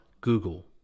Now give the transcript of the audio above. Google